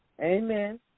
Amen